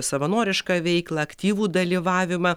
savanorišką veiklą aktyvų dalyvavimą